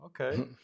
Okay